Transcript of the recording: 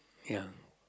ya